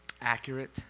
accurate